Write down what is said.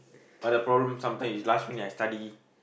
but the problem sometime is last minute I study